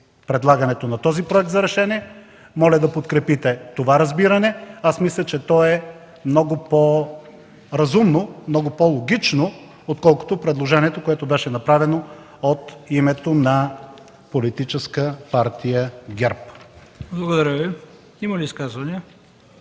предлагането на проекта за решение. Моля да подкрепите това разбиране. Мисля, че то е много по-разумно, много по-логично, отколкото предложението, което беше направено от името на Политическа партия ГЕРБ. ПРЕДСЕДАТЕЛ ХРИСТО БИСЕРОВ: Има ли изказвания?